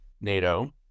NATO